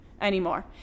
anymore